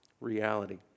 reality